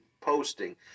posting